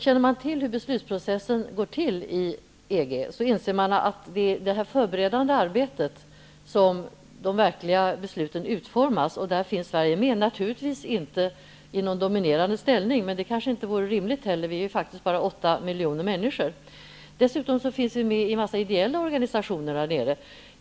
Känner man till hur beslutsprocessen går till i EG, inser man att Sverige finns med i det förberedande arbetet, då de verkliga besluten utformas. Naturligtvis är Sverige inte med i någon dominerande ställning, men det kanske inte vore rimligt heller. Vi är faktiskt bara åtta miljoner människor. Dessutom finns vi med i en mängd ideella organisationer där nere.